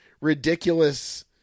ridiculous